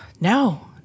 No